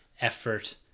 effort